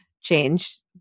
change